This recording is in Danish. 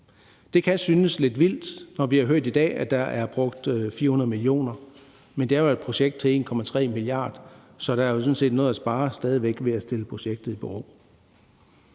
Det kan synes lidt vildt, når vi har hørt i dag, at der er brugt 400 mio. kr., men det er jo et projekt til 1,3 mia. kr., så der er sådan set stadig væk noget at spare ved at stille projektet i bero.